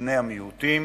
לבני המיעוטים,